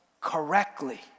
correctly